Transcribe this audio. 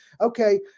okay